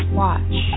watch